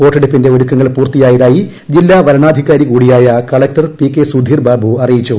വോട്ടെടുപ്പിന്റെ ഒരുക്കങ്ങൾ പൂർത്തിയായതായി ജില്ലാ വരണാധികാരി കൂടിയായ collector P K Sudheer Babu അറിയിച്ചു